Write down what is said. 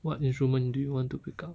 what instrument do you want to pick up